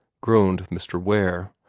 groaned mr. ware.